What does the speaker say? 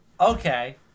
Okay